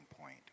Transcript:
point